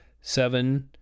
seven